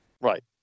Right